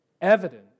Evident